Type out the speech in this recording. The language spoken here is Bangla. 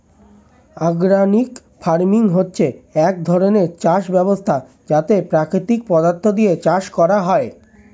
অর্গানিক ফার্মিং হচ্ছে এক ধরণের চাষ ব্যবস্থা যাতে প্রাকৃতিক পদার্থ দিয়ে চাষ করা হয়